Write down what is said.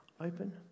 open